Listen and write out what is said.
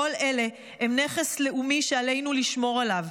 כל אלה הם נכס לאומי שעלינו לשמור עליו.